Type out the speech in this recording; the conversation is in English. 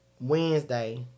Wednesday